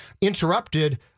interrupted